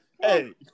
Hey